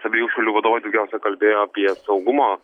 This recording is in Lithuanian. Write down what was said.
abiejų šalių vadovai daugiausia kalbėjo apie saugumo